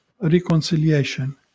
reconciliation